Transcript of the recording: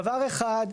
דבר אחד,